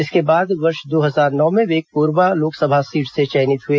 इसके बाद वर्ष दो हजार नौ में वे कोरबा लोकसभा सीट से चयनित हुए